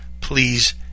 please